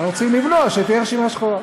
אנחנו רוצים למנוע שתהיה רשימה שחורה,